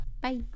bye